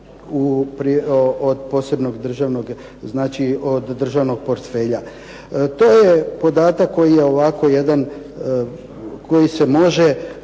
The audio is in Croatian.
od posebnog državnog, znači od državnog portfelja. To je podatak koji je ovako jedan, koji se može